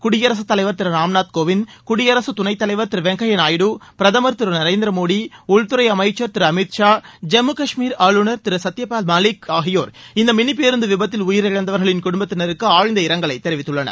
குடியரசுத் தலைவர் திரு ராம்நாத் கோவிந்த் குடியரசுத் துணைத் தலைவர் திரு வெங்கய்யா நாயுடு பிரதமர் திரு நரேந்திரமோடி உள்துறை அமைச்சர் திரு அமித் ஷா ஜம்மு காஷ்மீர் ஆளுநர் திரு சத்தியபால் மாலிக் ஆகியோர் இந்த மிளி பேருந்து விபத்தில் உயிரிழந்தவர்களின் குடும்பத்தினருக்கு தங்களது ஆழ்ந்த இரங்கலை தெரிவித்துள்ளனர்